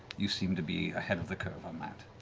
you seem to be ahead of the curve on that.